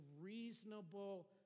reasonable